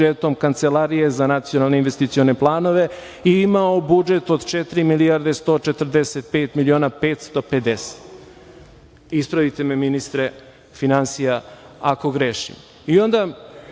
Kancelarije za nacionalne investicione planove i imao budžet od četiri milijarde 145 miliona 550. Ispravite me ministre finansija ako grešim. Onda